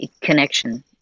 connection